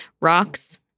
Rocks